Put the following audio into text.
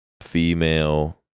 female